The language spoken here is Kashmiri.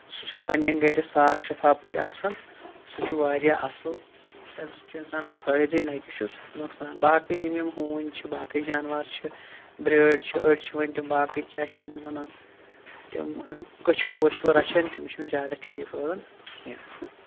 سُہ چھُ پَنٕنہِ گرِ صاف شِفاف پٲٹھۍ آسان سُہ چھُ واریاہ اَصٕل تَمہِ سۭتۍ چھُ اِنسانَس فٲیدٕے نہ کہِ چھُس نۄقصان باقٕے یِم یِم ہوٗنۍ چھِ باقٕے جاناوار چھِ بیٲر چھِ أڈۍ چھِ وَن تِم باقٕے کیاہ چھِ تِمن وَنان تِم کٔچھوٕ ؤچھوٕ رَچھان تِم چھِ نہٕ زیادٕ ٹھیٖک روزان کیٚنہہ